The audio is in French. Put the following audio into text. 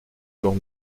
jours